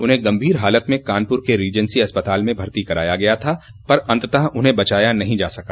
उन्हें गम्भीर हालत में कानपुर के रीजेंसी अस्पताल में भर्ती किया गया था पर अन्ततः उन्हें बचाया नहीं जा सका